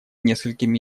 несколькими